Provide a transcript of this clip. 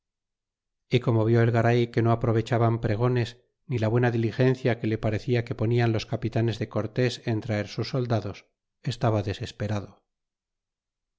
y como vió el garay que no aprovechaban pregones ni la buena diligencia que le parecia que ponian los capitanes de cortés en traer sus soldados estaba desesperado